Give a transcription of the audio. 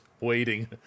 waiting